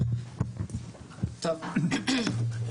בבקשה.